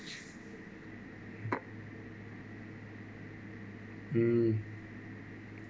mm